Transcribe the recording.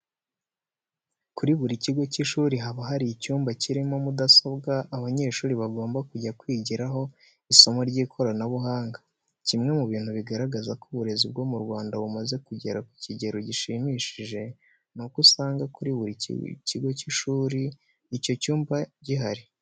Kuri buri kigo cy'ishuri haba hari icyumba kirimo mudasobwa abanyeshuri bagomba kujya kwigiraho isomo ry'ikoranabuhanga. Kimwe mu bintu bigaragaza ko uburezi bwo mu Rwanda bumaze kugera ku kigero gushimishije, ni uko usanga kuri buri kigo cy'ishuri icyo cyumba guhari.